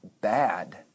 bad